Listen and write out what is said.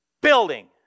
building